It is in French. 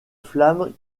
flamme